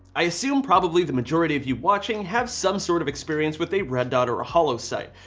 i assume probably the majority of you watching have some sort of experience with a red dot or a hollow sight,